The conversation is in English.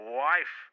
wife